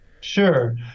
Sure